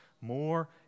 more